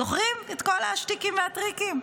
זוכרים את כל השטיקים והטריקים?